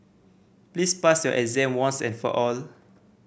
please pass your exam once and for all